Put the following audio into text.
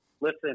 Listen